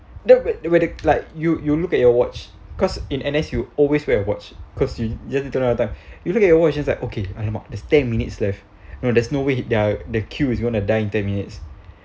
that where the like you you look at your watch cause in N_S you always wear a watch cause you just you look at your watch is like okay alamak there's ten minutes left no there's no their the queues is gonna dying in ten minutes